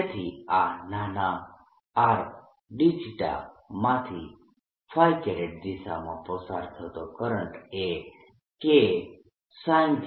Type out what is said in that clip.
તેથી આ નાના R dθ માંથી દિશામાં પસાર થતો કરંટ એ Ksinθ